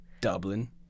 Dublin